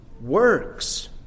works